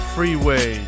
Freeway